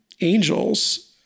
Angels